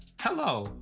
hello